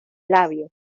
labios